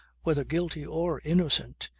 whether guilty or innocent,